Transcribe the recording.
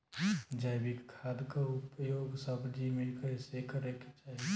जैविक खाद क उपयोग सब्जी में कैसे करे के चाही?